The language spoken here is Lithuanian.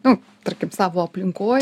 nu tarkim savo aplinkoj